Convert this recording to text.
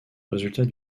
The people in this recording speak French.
résultat